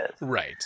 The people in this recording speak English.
Right